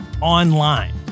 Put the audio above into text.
online